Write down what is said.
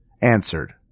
answered